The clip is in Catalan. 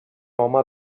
home